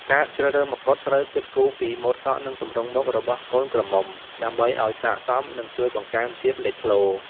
ការជ្រើសរើសមកុដត្រូវគិតគូរពីម៉ូតសក់ និងទម្រង់មុខរបស់កូនក្រមុំ ដើម្បីឲ្យស័ក្តិសម និងជួយបង្កើនភាពលេចធ្លោ។